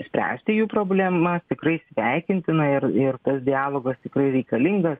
spręsti jų problema tikrai sveikintina ir ir tas dialogas tikrai reikalingas